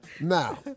Now